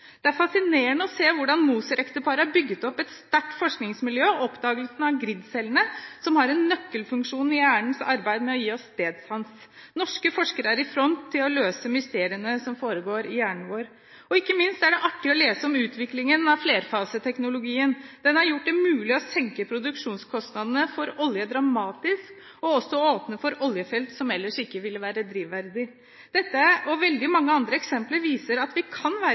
Det er fascinerende å se hvordan Moser-ekteparet har bygget opp et sterkt forskningsmiljø og har oppdaget gridcellene, som har en nøkkelfunksjon i hjernens arbeid med å gi oss stedsans. Norske forskere er i front når det gjelder å løse de mysteriene som foregår i hjernen vår. Og ikke minst er det artig å lese om utviklingen av flerfaseteknologien. Den har gjort det mulig å senke produksjonskostnadene for olje dramatisk og også å åpne for oljefelt som ellers ikke ville vært drivverdige. Dette og veldig mange andre eksempler viser at vi kan være